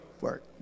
work